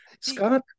scott